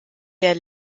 der